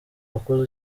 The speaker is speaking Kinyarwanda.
wakoze